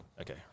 Okay